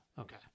Okay